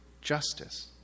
justice